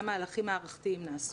גם מהלכים מערכתיים נעשו.